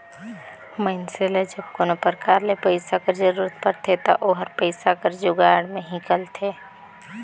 मइनसे ल जब कोनो परकार ले पइसा कर जरूरत परथे ता ओहर पइसा कर जुगाड़ में हिंकलथे